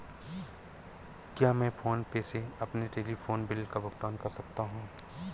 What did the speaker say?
क्या मैं PhonePe से अपने टेलीफोन बिल का भुगतान कर सकता हूँ?